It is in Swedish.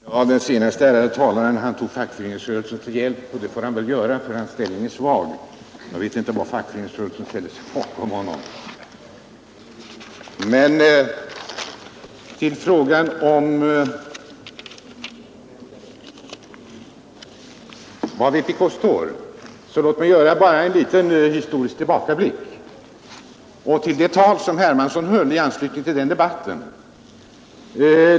Herr talman! Den senaste ärade talaren tog fackföreningsrörelsen till hjälp, och det får han väl göra, för hans ställning är svag. Jag vet dock inte om fackföreningsrörelsen ställer sig bakom honom. Men till frågan var vpk står: Låt mig göra en liten historisk tillbakablick och beröra det tal som herr Hermansson höll i anslutning till den debatt jag nyss citerat.